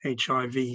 HIV